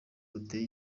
buteye